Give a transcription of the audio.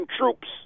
troops